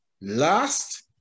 last